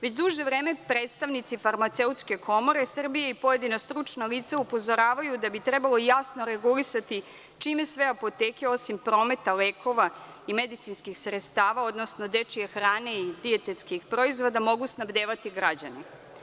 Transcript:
Već duže vreme predstavnici Farmaceutske komore Srbije i pojedina stručna lica upozoravaju da bi trebalo jasno regulisati čime sve apoteke, osim prometa lekova i medicinskih sredstava, odnosno dečije hrane i dijetetskih proizvoda mogu snabdevati građane.